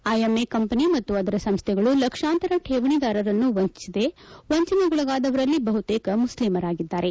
IMA company ಮತ್ತು ಅದರ ಸಂಸ್ಥೆಗಳು ಲಕ್ಷಾಂತರ ಕೇವಣಿದಾರರನ್ನು ವಂಚಿಸಿದೆ ವಂಚನೆಗೊಳಗಾದವರಲ್ಲಿ ಬಹುತೇಕ ಮುಸ್ಲಿಂರಾಗಿದ್ದಾರೆ